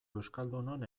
euskaldunon